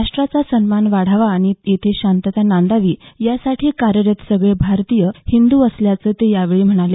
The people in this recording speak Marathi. राष्ट्रचा सन्मान वाढावा आणि येथे शांतता नांदावी यासाठी कार्यरत सगळे भारतीय हिंद्र असल्याचं ते यावेळी म्हणाले